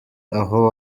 aho